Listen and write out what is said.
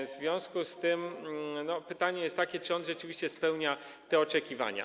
W związku z tym pytanie jest takie, czy on rzeczywiście spełnia oczekiwania.